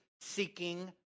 seeking